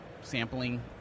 sampling